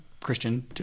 Christian